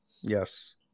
yes